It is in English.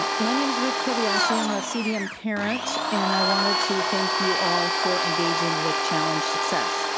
um my name's ruth kobayashi, i'm a cdm parent, and i wanted to thank you all for engaging with challenge success.